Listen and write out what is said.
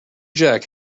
jack